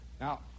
Now